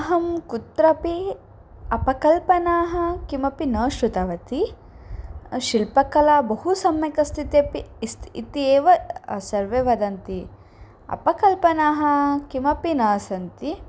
अहं कुत्रापि अपकल्पनाः किमपि न श्रुतवती शिल्पकला बहु सम्यक् अस्ति इत्यपि इति एव सर्वे वदन्ति अपकल्पनाः किमपि न सन्ति